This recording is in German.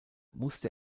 musste